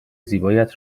زیبایت